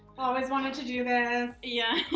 always wanted to do this. yeah.